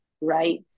right